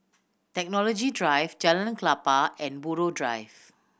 Technology Drive Jalan Klapa and Buroh Drive